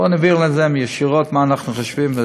בוא נעביר להם ישירות מה אנחנו חושבים.